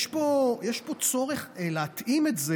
יש פה צורך להתאים את זה